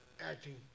acting